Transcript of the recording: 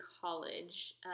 college